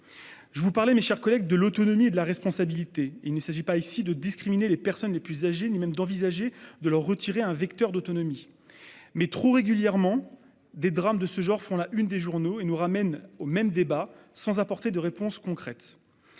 Je vous parlais, mes chers collègues, d'autonomie et de responsabilité. Il ne s'agit pas ici de discriminer les personnes les plus âgées ni même d'envisager de leur retirer un vecteur d'autonomie. Mais, trop régulièrement, des drames de ce genre font la une des journaux et nous ramènent au même débat, sans apporter de réponses concrètes.